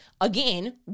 again